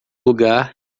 lugar